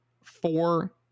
four